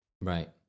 Right